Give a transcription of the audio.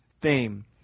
theme